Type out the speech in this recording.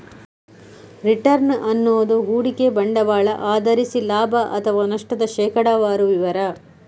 return ಅನ್ನುದು ಹೂಡಿಕೆ ಬಂಡವಾಳ ಆಧರಿಸಿ ಲಾಭ ಅಥವಾ ನಷ್ಟದ ಶೇಕಡಾವಾರು ವಿವರ